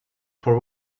for